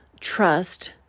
trust